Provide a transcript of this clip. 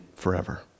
forever